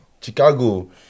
Chicago